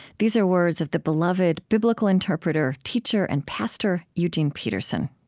these are words of the beloved biblical interpreter, teacher, and pastor eugene peterson.